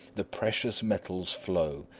the precious metals flow,